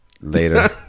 later